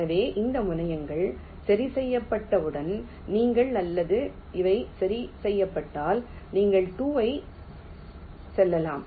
எனவே இந்த முனையங்கள் சரி செய்யப்பட்டவுடன் நீங்கள் அல்லது இவை சரி செய்யப்பட்டால் நீங்கள் 2 ஐ செல்லலாம்